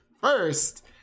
First